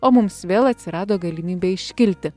o mums vėl atsirado galimybė iškilti